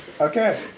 Okay